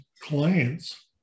clients